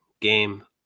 game